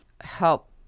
help